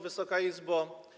Wysoka Izbo!